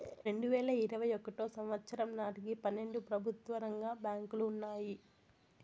రెండువేల ఇరవై ఒకటో సంవచ్చరం నాటికి పన్నెండు ప్రభుత్వ రంగ బ్యాంకులు ఉన్నాయి